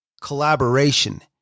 collaboration